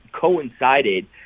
coincided